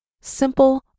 simple